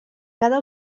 cada